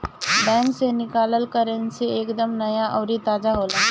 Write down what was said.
bank से निकालल currency एक दम नया अउरी ताजा होला